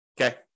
Okay